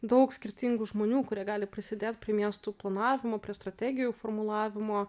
daug skirtingų žmonių kurie gali prisidėt prie miestų planavimo strategijų formulavimo